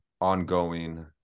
ongoing